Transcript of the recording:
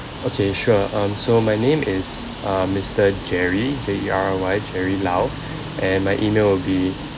okay sure um so my name is um mister jerry J E R R Y jerry lao and my email will be